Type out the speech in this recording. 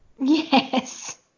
Yes